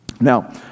Now